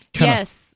Yes